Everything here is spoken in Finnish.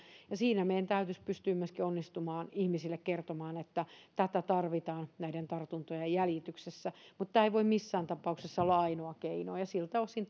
siinä meidän täytyisi pystyä myöskin onnistumaan kertomaan ihmisille että tätä tarvitaan näiden tartuntojen jäljityksessä mutta tämä ei voi missään tapauksessa olla ainoa keino ja siltä osin